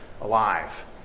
alive